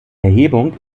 erhebung